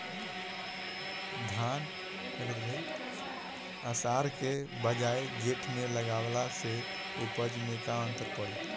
धान आषाढ़ के बजाय जेठ में लगावले से उपज में का अन्तर पड़ी?